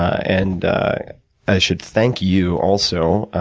and i should thank you, also.